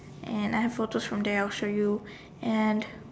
and I have photos from there I'll show you and